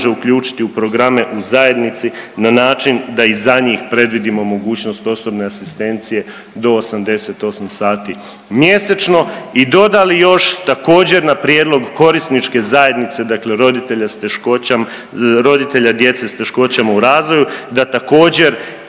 uključiti u programe u zajednici na način da i za njih predvidimo mogućnost osobne asistencije do 88 sati mjesečno i dodali još također na prijedlog korisničke zajednice dakle roditelja s teškoćom, roditelja djece s teškoćama u razvoju da također